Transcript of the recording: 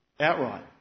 outright